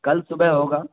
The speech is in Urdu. کل صبح ہوگا